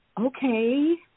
Okay